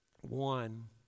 one